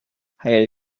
had